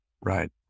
Right